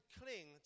cling